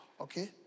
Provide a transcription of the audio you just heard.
okay